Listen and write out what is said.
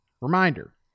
Reminder